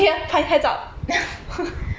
蛮可爱的啊